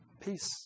Peace